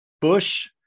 Bush